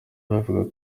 babivugaho